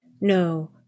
No